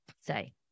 say